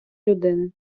людини